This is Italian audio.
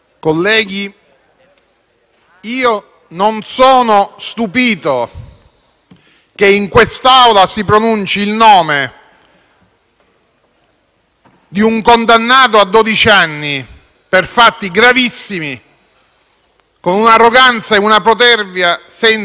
io non sono stupito che in quest'Aula si pronunci il nome di un condannato a dodici anni per fatti gravissimi con un'arroganza e una protervia senza limiti.